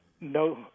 no